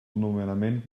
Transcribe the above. nomenament